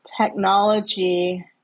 technology